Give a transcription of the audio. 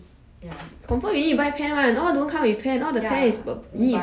honestly can just buy normal ipad then you want the pen then you just buy the pen ya